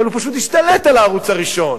אבל הוא פשוט השתלט על הערוץ הראשון,